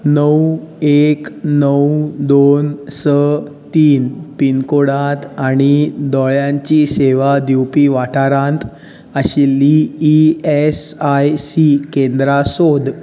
णव एक णव दोन स तीन पिनकोडांत आनी दोळ्यांची सेवा दिवपी वाठारांत आशिल्लीं ई एस आय सी केंद्रां सोद